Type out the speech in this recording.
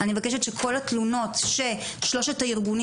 אני מבקשת שכל התלונות ששלושת הארגונים